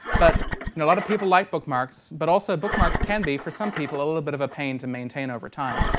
but and a lot of people like bookmarks, but also bookmarks can be, for some people, a bit of a pain to maintain over time.